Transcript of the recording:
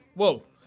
whoa